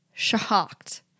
shocked